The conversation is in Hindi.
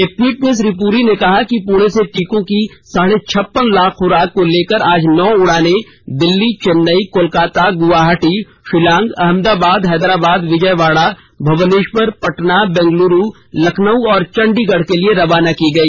एक ट्वीट में श्री पुरी ने कहा कि पुणे से टीकों की साढ़े छप्पन लाख खुराक को लेकर आज नौ उड़ानें दिल्ली चेन्नई कोलकाता ग्रवाहाटी शिलांग अहमदाबाद हैदराबाद विजयवाड़ा भुवनेश्वर पटना बेंगलुरू लखनऊ और चंडीगढ़ के लिए रवाना की गई